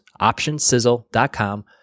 optionsizzle.com